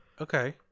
okay